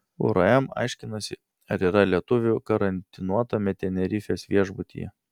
urm aiškinasi ar yra lietuvių karantinuotame tenerifės viešbutyje